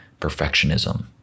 perfectionism